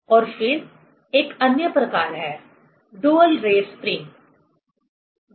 और फिर एक अन्य प्रकार है डुअल रेट स्प्रिंग है